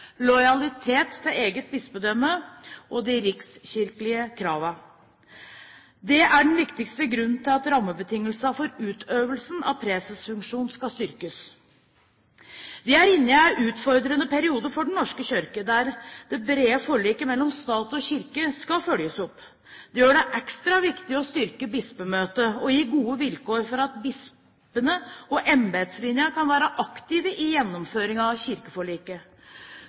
lojalitet til eget bispedømme og de rikskirkelige kravene. Det er den viktigste grunnen til at rammebetingelsene for utøvelsen av presesfunksjonen skal styrkes. Vi er inne i en utfordrende periode for Den norske kirke, der det brede forliket mellom stat og kirke skal følges opp. Det gjør det ekstra viktig å styrke Bispemøtet og å gi gode vilkår for at bispene og embetslinjen kan være aktive i gjennomføringen av kirkeforliket.